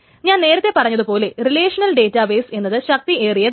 ഞാൻ നേരത്തെ പറഞ്ഞതുപോലെ റിലേഷനൽ ഡേറ്റാബേസ് എന്നത് ശക്തി ഏറിയതാണ്